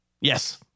Yes